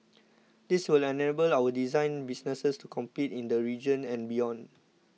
this will enable our design businesses to compete in the region and beyond